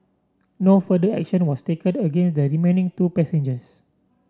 no further action was taken against the remaining two passengers